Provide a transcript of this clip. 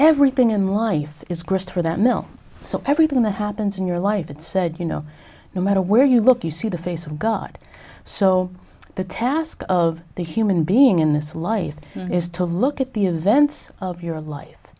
everything in life is grist for that mill so everything that happens in your life it's said you know no matter where you look you see the face of god so the task of the human being in this life is to look at the events of your life